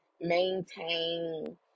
maintain